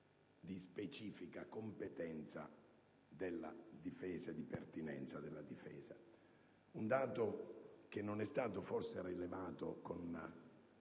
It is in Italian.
Grazie